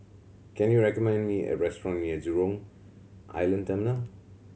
can you recommend me a restaurant near Jurong Island Terminal